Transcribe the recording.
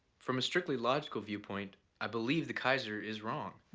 from a strictly logical viewpoint i believe the kaiser is wrong.